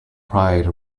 pride